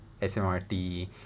smrt